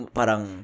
parang